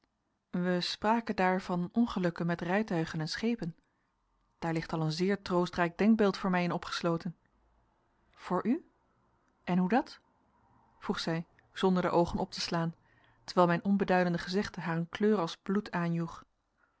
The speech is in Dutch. wij spraken daar van ongelukken met rijtuigen en schepen daar ligt al een zeer troostrijk denkbeeld voor mij in opgesloten voor u en hoe dat vroeg zij zonder de oogen op te slaan terwijl mijn onbeduidend gezegde haar een kleur als bloed aanjoeg